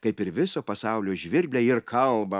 kaip ir viso pasaulio žvirbliai ir kalba